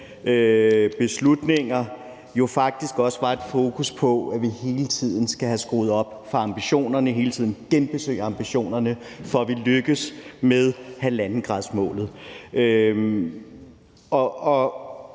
beslutninger faktisk også var et fokus på, at vi hele tiden skal have skruet op for ambitionerne og hele tiden skal genbesøge ambitionerne, for at vi lykkes med 1,5-gradersmålet.